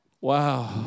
Wow